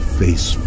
face